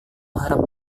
harap